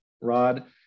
rod